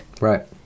Right